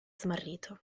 smarrito